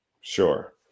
sure